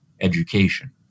education